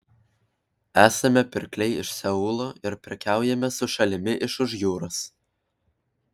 esame pirkliai iš seulo ir prekiaujame su šalimi iš už jūros